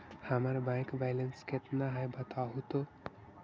हमर bank balance केतना है बताहु तो?